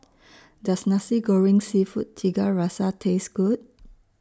Does Nasi Goreng Seafood Tiga Rasa Taste Good